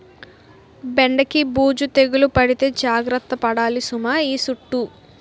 బెండకి బూజు తెగులు పడితే జాగర్త పడాలి సుమా ఈ సుట్టూ